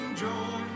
joy